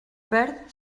perd